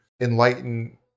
enlighten